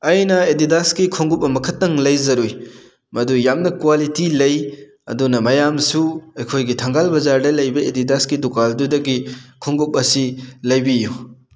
ꯑꯩꯅ ꯑꯦꯗꯤꯗꯥꯁꯀꯤ ꯈꯣꯡꯎꯞ ꯑꯃꯈꯇꯪ ꯂꯩꯖꯔꯨꯏ ꯃꯗꯨ ꯌꯥꯝꯅ ꯀ꯭ꯋꯥꯂꯤꯇꯤ ꯂꯩ ꯑꯗꯨꯅ ꯃꯌꯥꯝꯁꯨ ꯑꯩꯈꯣꯏꯒꯤ ꯊꯪꯒꯥꯜ ꯕꯖꯥꯔꯗ ꯂꯩꯕ ꯑꯦꯗꯤꯗꯥꯁꯀꯤ ꯗꯨꯀꯥꯟ ꯑꯗꯨꯗꯒꯤ ꯈꯣꯡꯎꯞ ꯑꯁꯤ ꯂꯩꯕꯤꯌꯨ